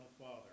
Father